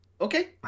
Okay